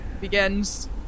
begins